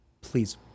Please